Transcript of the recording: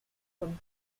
comme